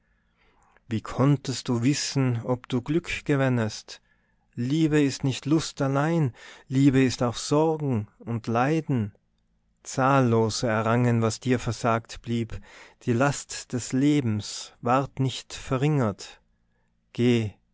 wie konntest du wissen ob du glück gewännest liebe ist nicht lust allein liebe ist auch sorgen und leiden zahllose errangen was dir versagt blieb die last des lebens ward nicht verringert geh